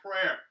prayer